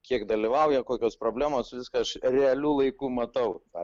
kiek dalyvauja kokios problemos viską aš realiu laiku matau tą